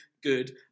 good